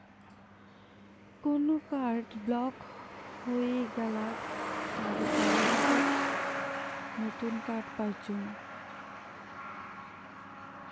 কোন card block হই গেলাত তার জায়গাত নতুন কার্ড পাইচুঙ